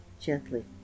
gently